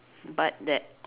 but that